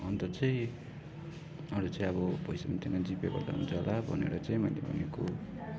अन्त चाहिँ अरू चाहिँ अब पैसा पनि थिएन जिपे गर्दा हुन्छ होला भनेर चाहिँ मैले भनेको